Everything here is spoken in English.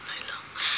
I don't